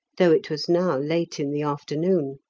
though it was now late in the afternoon.